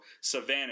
Savannah